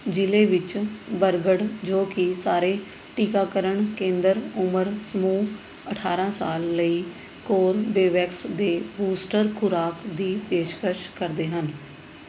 ਜ਼ਿਲ੍ਹੇ ਵਿੱਚ ਬਰਗੜ੍ਹ ਜੋ ਕਿ ਸਾਰੇ ਟੀਕਾਕਰਨ ਕੇਂਦਰ ਉਮਰ ਸਮੂਹ ਅਠਾਰ੍ਹਾਂ ਸਾਲ ਲਈ ਕੋਰਬੇਵੈਕਸ ਦੇ ਬੂਸਟਰ ਖੁਰਾਕ ਦੀ ਪੇਸ਼ਕਸ਼ ਕਰਦੇ ਹਨ